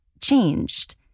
changed